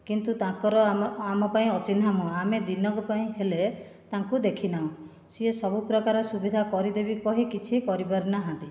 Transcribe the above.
କିନ୍ତୁ ତାଙ୍କର ଆମ ଆମ ପାଇଁ ଅଚିହ୍ନା ମୁହଁ ଆମେ ଦିନକ ପାଇଁ ହେଲେ ତାଙ୍କୁ ଦେଖି ନାହୁଁ ସିଏ ସବୁପ୍ରକାର ସୁବିଧା କରିଦେବି କହି କିଛି କରିପାରିନାହାନ୍ତି